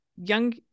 young